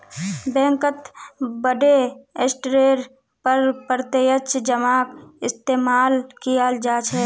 बैंकत बडे स्तरेर पर प्रत्यक्ष जमाक इस्तेमाल कियाल जा छे